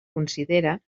considera